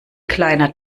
kleiner